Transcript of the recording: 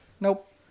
nope